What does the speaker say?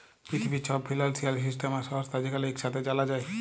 পিথিবীর ছব financial system আর সংস্থা যেখালে ইকসাথে জালা যায়